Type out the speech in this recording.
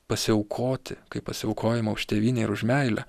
pasiaukoti kaip pasiaukojama už tėvynę ir už meilę